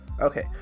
Okay